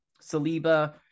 Saliba